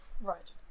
Right